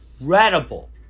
incredible